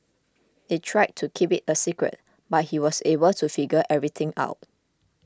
they tried to keep it a secret but he was able to figure everything out